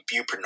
buprenorphine